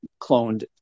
cloned